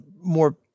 more